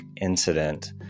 incident